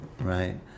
right